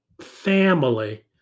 family